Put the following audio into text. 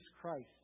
Christ